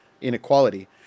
inequality